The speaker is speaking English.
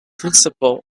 principle